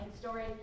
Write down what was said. story